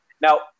Now